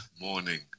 morning